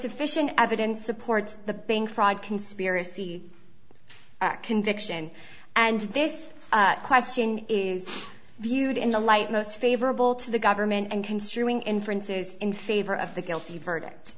sufficient evidence supports the bank fraud conspiracy conviction and this question is viewed in the light most favorable to the government and construing inferences in favor of the guilty verdict